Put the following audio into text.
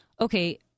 okay